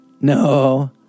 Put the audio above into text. No